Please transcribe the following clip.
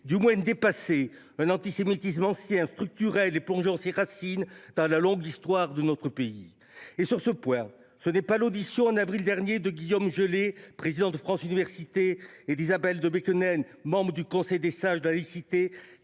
du moins dépassé un antisémitisme ancien, structurel et plongeant ses racines dans la longue histoire de notre pays. Sur ce point, ce n’est pas l’audition, en avril dernier, de Guillaume Gellé, président de France Universités, et d’Isabelle de Mecquenem, membre du Conseil des sages de la laïcité